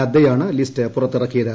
നദ്ദയാണ് list പുറത്തിറക്കിയത്